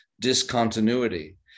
discontinuity